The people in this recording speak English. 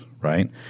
right